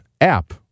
app